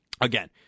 Again